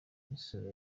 isura